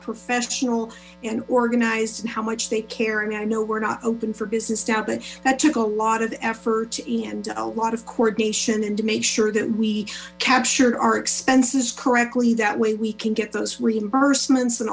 profession and organized and how much they care and i know we're not open for business now but that took a lot of effort and a lot of coordination and to make sure that we captured our expenses correctly that way we can get those reimbursements and